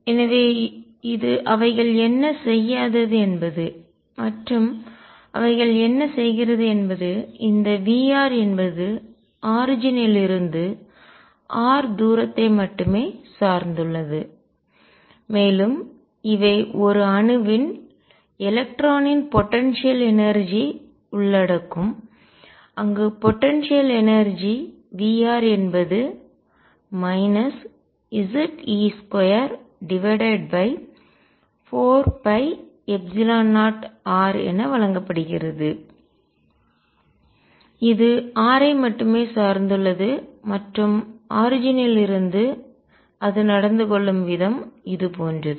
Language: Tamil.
எனவே இது அவைகள் என்ன செய்யாதது என்பது மற்றும் அவைகள் என்ன செய்கிறது என்பது இந்த V என்பது ஆரிஜின் லிருந்து தோற்றத்திலிருந்து r தூரத்தை மட்டுமே சார்ந்துள்ளது மேலும் இவை ஒரு அணுவில் எலக்ட்ரானின் போடன்சியல் எனர்ஜி ஆற்றலை உள்ளடக்கும் அங்கு போடன்சியல் எனர்ஜி ஆற்றல் V என்பது Ze24π0 r என வழங்கப்படுகிறதுஇது r ஐ மட்டுமே சார்ந்துள்ளது மற்றும் ஆரிஜின் லிருந்து தோற்றத்திலிருந்து அது நடந்து கொள்ளும் விதம் இது போன்றது